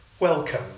Welcome